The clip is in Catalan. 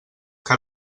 que